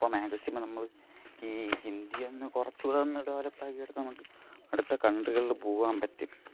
അപ്പം മാക്സിമം നമ്മൾ ഈ ഹിന്ദിയൊന്ന് കുറച്ചു കൂടെ ഒന്ന് ഡെവലപ്പ് ആയി എടുത്ത നമുക്ക് അടുത്ത കൺട്രികളിൽ പോവാൻ പറ്റും